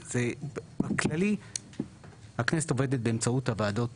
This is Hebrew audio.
בכללי הכנסת עובדת באמצעות הוועדות